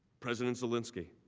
president zelensky.